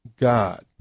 God